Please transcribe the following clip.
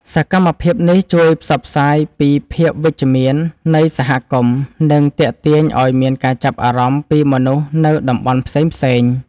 សកម្មភាពនេះជួយផ្សព្វផ្សាយពីភាពវិជ្ជមាននៃសហគមន៍ និងទាក់ទាញឱ្យមានការចាប់អារម្មណ៍ពីមនុស្សនៅតំបន់ផ្សេងៗ។